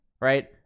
right